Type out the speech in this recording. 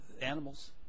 animals